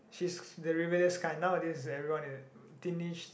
she's the rebellious kind nowadays everyone in teenage